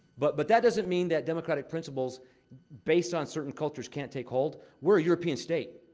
but but that doesn't mean that democratic principles based on certain cultures can't take hold. we're a european state.